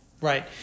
Right